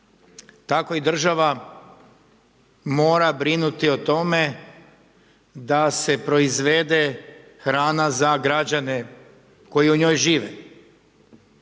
tako i država mora brinuti o tome da se proizvede hrana za građane koji u njoj žive.